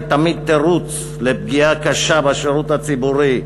תמיד תירוץ לפגיעה קשה בשירות הציבורי,